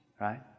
Right